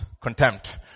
contempt